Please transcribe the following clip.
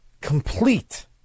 complete